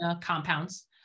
compounds